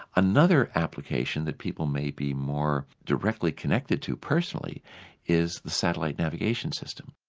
another application that people may be more directly connected to personally is the satellite navigation system.